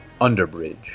Underbridge